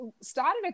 started